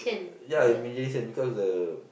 ya imagination because the